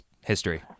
history